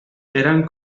eran